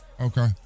Okay